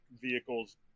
vehicles